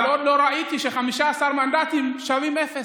אבל עוד לא ראיתי ש-15 מנדטים שווים אפס.